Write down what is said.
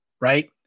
right